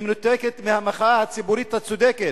היא מנותקת מהמחאה הציבורית הצודקת,